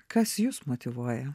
kas jus motyvuoja